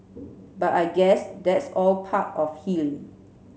but I guess that's all part of healing